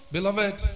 Beloved